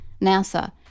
NASA